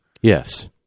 Yes